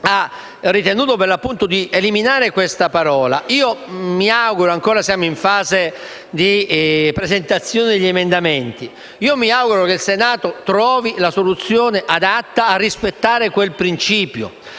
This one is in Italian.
ha ritenuto per l'appunto di eliminare questa parola. Io mi auguro - siamo ancora in fase di presentazione degli emendamenti - che il Senato trovi la soluzione adatta per rispettare quel principio.